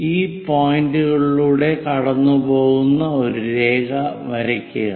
ഈ പോയിന്റുകളിലൂടെ കടന്നുപോകുന്ന ഒരു രേഖ വരയ്ക്കുക